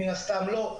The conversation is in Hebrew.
מן הסתם לא.